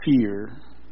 fear